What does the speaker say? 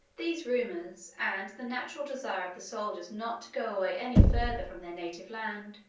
these rumors, and the natural desire of the soldiers not to go away any further from their native land,